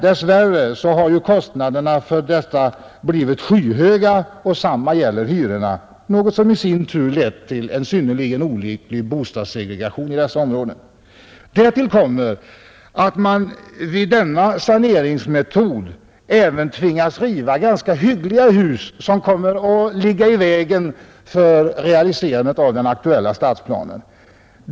Dess värre har kostnaderna blivit skyhöga, och detsamma gäller hyrorna, något som i sin tur lett till en synnerligen olycklig bostadssegregation i de sanerade områdena. Därtill kommer att man vid denna saneringsmetod även tvingas riva ganska hyggliga hus, som ”ligger i vägen” för realiserandet av den nya stadsplanen.